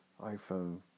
iPhone